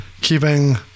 keeping